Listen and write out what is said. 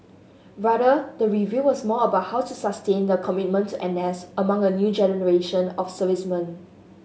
rather the review was more about how to sustain the commitment to N S among a new generation of servicemen